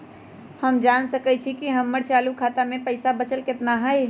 हम जान सकई छी कि हमर चालू खाता में पइसा बचल कितना हई